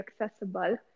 accessible